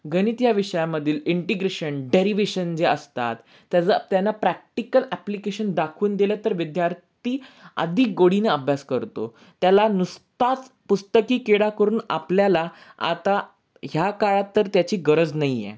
गणित या विषयामधील इंटिग्रेशन डॅरिवेशन जे असतात त्याचं त्यांना प्रॅक्टिकल ॲप्लिकेशन दाखवून दिलं तर विद्यार्थी अधिक गोडीने अभ्यास करतो त्याला नुसताच पुस्तकी किडा करून आपल्याला आता ह्या काळात तर त्याची गरज नाही आहे